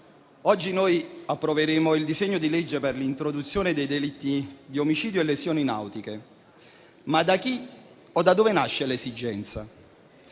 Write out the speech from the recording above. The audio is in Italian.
oggi approveremo il disegno di legge per l'introduzione dei delitti di omicidio e lesioni nautiche, ma da chi o da dove nasce l'esigenza?